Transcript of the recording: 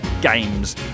games